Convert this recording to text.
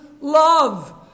love